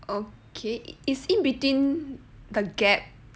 okay is in between the gap